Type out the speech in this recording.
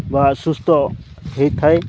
ବା ସୁସ୍ଥ ହୋଇଥାଏ